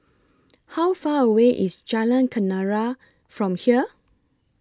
How Far away IS Jalan Kenarah from here